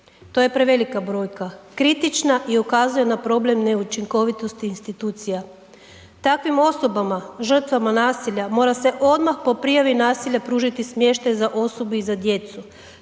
to je prevelika brojka, kritična i ukazuje na problem neučinkovitosti institucija. Takvim osobama, žrtvama nasilja, mora se odmah po prijavi nasilja pružiti smještaj za osobe i za djecu,